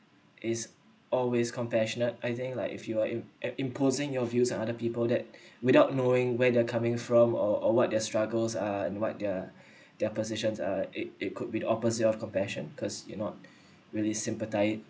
is always compassionate I think like if you are in~ eh imposing your views on other people that without knowing where they're coming from or or what their struggles are and what their their positions are it it could be the opposite of compassion because you not ah really sympathy